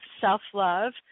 self-love